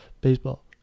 Baseball